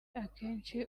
akenshi